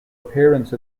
appearance